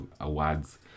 awards